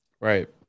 Right